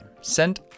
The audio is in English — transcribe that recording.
Send